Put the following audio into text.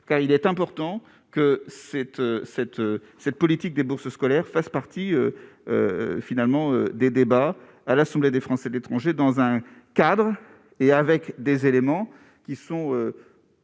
car il est important que cette cette cette politique des bourses scolaires fassent partie finalement des débats à l'Assemblée des Français de l'étranger, dans un cadre et avec des éléments qui sont.